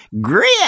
Grit